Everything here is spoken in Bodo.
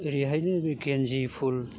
ओरैहायनि बे केन्जि फुल